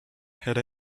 had